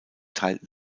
teilten